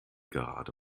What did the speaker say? gerade